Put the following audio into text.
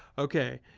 ok,